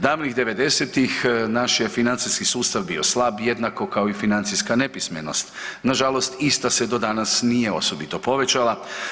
Davnih '90.-tih naš je financijski sustav bio slab jednako kao i financijska nepismenost, nažalost ista se do danas nije osobito povećala.